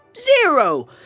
zero